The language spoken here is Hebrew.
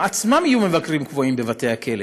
הם עצמם יהיו מבקרים קבועים בבתי הכלא?